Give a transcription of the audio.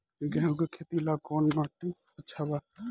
गेहूं के खेती ला कौन माटी अच्छा बा?